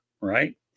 right